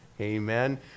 Amen